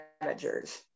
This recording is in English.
managers